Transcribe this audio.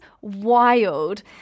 wild